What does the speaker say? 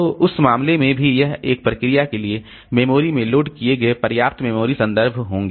तो उस मामले में भी यह एक प्रक्रिया के लिए मेमोरी में लोड किए गए पर्याप्त मेमोरी संदर्भ होंगे